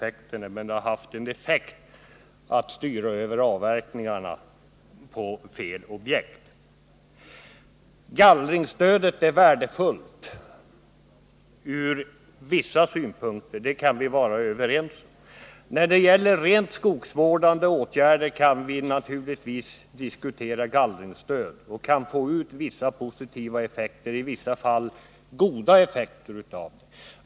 Däremot har det haft den effekten att det styrt över avverkningarna på fel objekt. Gallringsstöd är värdefullt ur vissa synpunkter — det kan vi vara överens om. När det gäller rent skogsvårdande åtgärder kan man naturligtvis diskutera ett gallringsstöd och få ut vissa positiva och goda effekter av det.